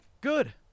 Good